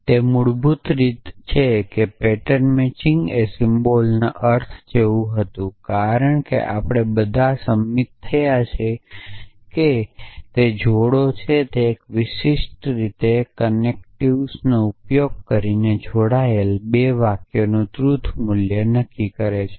તે મૂળરૂપે છે કે પેટર્ન મેચિંગ એ સિમ્બોલના અર્થ જેવું હતું કારણ કે આપણે બધાં સંમત થયા છે કે તે જોડે છે તે એક વિશિષ્ટ રીતે આ કનેક્ટિવનો ઉપયોગ કરીને જોડાયેલ 2 વાક્યોનું ટ્રુથ મૂલ્ય નક્કી કરે છે